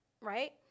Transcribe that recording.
right